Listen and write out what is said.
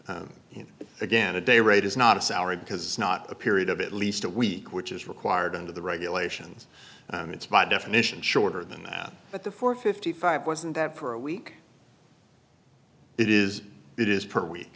so you know again a day rate is not a salary because it's not a period of at least a week which is required under the regulations and it's by definition shorter than that but the four fifty five wasn't that for a week it is it is per week